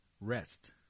rest